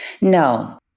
no